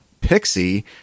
Pixie